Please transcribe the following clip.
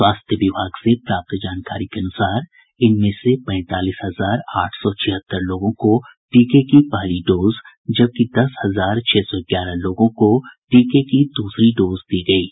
स्वास्थ्य विभाग से प्राप्त जानकारी के अनुसार इनमें से पैंतालीस हजार आठ सौ छिहत्तर लोगों को टीके की पहली डोज जबकि दस हजार छह सौ ग्यारह लोगों को टीके की दूसरी डोज दी गयी है